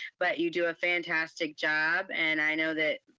but you do a fantastic job, and i know that,